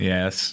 Yes